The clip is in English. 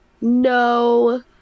No